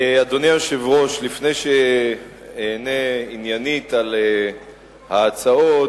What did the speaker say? אדוני היושב-ראש, לפני שאענה עניינית על ההצעות,